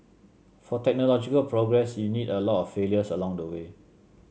for technological progress you need a lot of failures along the way